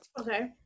Okay